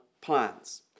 plans